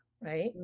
right